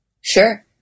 Sure